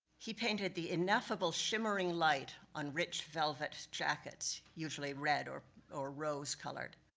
he painted the ineffable shimmering light on rich velvet jackets, usually red or or rose colored.